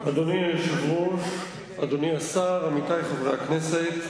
אדוני היושב-ראש, אדוני השר, עמיתי חברי הכנסת,